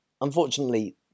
unfortunately